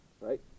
right